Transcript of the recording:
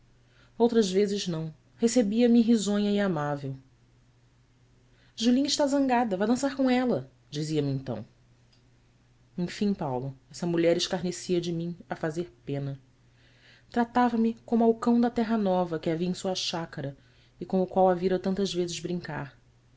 outras vezes não recebia me risonha e amável ulinha está zangada vá dançar com ela dizia-me então enfim paulo essa mulher escarnecia de mim a fazer pena tratava-me como ao cão da terra nova que havia em sua chácara e com o qual a vira tantas vezes brincar